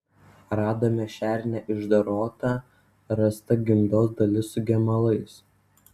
radome šernę išdorotą rasta gimdos dalis su gemalais